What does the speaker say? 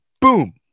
boom